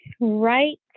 right